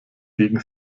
gegen